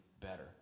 better